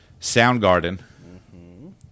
Soundgarden